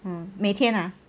mm 每天啊